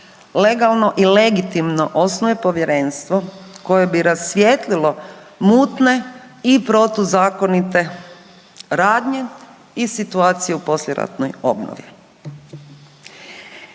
legalno i legitimno osnuje Povjerenstvo koje bi rasvijetlilo mutne i protuzakonite radnje i situacije u poslijeratnoj obnovi.